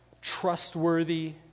trustworthy